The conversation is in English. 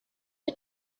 for